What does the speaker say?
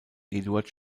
eduard